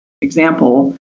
example